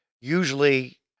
usually